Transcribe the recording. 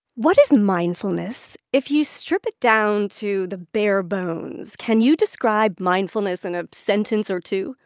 what is mindfulness? if you strip it down to the bare-bones, can you describe mindfulness in a sentence or two?